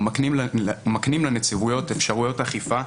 ומקנים לנציבויות אפשרויות אכיפה,